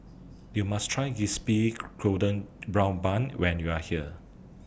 YOU must Try Crispy Golden Brown Bun when YOU Are here